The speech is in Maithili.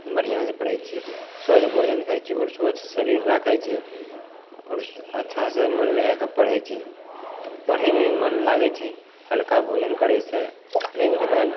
बढ़िआँसे पढ़ै छी स्वस्थ भोजन खाइ छी आओर स्वस्थ शरीर राखै छी आओर अच्छासे मोन लगैके पढ़ै छी तऽ पढ़ैमे भी मोन लागै छै हल्का भोजन करैसे नहि ओतना